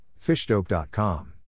fishdope.com